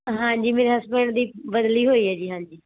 ਹਾਂਜੀ ਮੇਰੇ ਹਸਬੈਂਡ ਦੀ ਬਦਲੀ ਹੋਈ ਹੈ ਜੀ ਹਾਂਜੀ